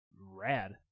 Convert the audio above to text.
rad